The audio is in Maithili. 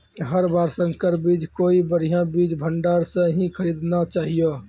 हर बार संकर बीज कोई बढ़िया बीज भंडार स हीं खरीदना चाहियो